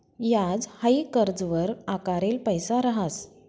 याज हाई कर्जवर आकारेल पैसा रहास